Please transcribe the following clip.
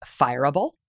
fireable